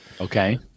Okay